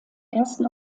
ersten